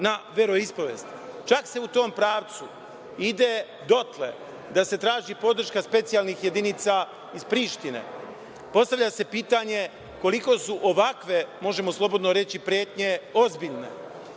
na veroispovest. Čak se u tom pravcu ide dotle da se traži podrška specijalnih jedinica iz Prištine. Postavlja se pitanje koliko su ovakve, možemo slobodno reći pretnje, ozbiljne?